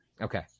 Okay